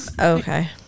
Okay